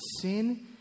sin